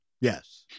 Yes